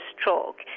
stroke